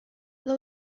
ble